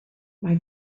mae